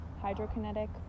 hydrokinetic